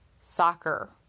soccer